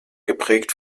geprägt